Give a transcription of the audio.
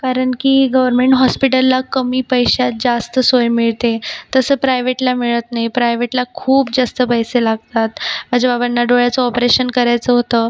कारण की गवरमेंट हॉस्पिटलला कमी पैशात जास्त सोय मिळते तसं प्रायव्हेटला मिळत नाही प्रायव्हेटला खूप जास्त पैसे लागतात माझ्या बाबांना डोळ्याचं ऑपरेशन करायचं होतं